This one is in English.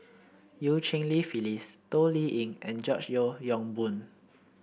Eu Cheng Li Phyllis Toh Liying and George Yeo Yong Boon